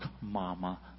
mama